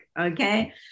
okay